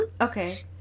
Okay